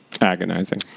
agonizing